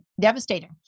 devastating